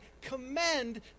commend